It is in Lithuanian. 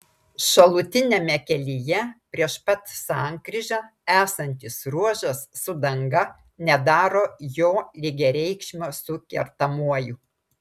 šalutiniame kelyje prieš pat sankryžą esantis ruožas su danga nedaro jo lygiareikšmio su kertamuoju